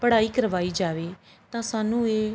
ਪੜ੍ਹਾਈ ਕਰਵਾਈ ਜਾਵੇ ਤਾਂ ਸਾਨੂੰ ਇਹ